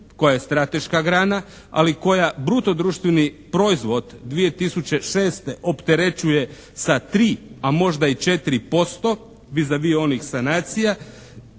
koja je strateška grana ali koja bruto društveni proizvod 2006. opterećuje sa 3 a možda i 4% vis a vis onih sanacija,